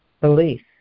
belief